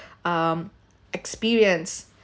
um experience